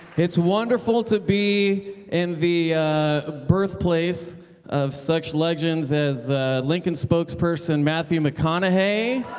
it's wonderful to be in the ah birthplace of such legends as lincoln spokesperson, matthew mcconaughey.